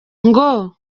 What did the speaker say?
ngo